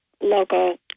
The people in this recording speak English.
local